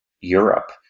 Europe